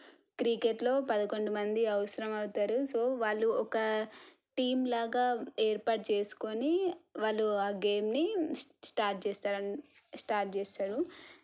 క్రికెట్లో పదకొండు మంది అవసరం అవుతారు సో వాళ్ళు ఒక టీమ్లాగా ఏర్పాటు చేసుకుని వాళ్ళు ఆ గేమ్ని స్టార్ట్ చేస్తారు అన స్టార్ట్ చేస్తారు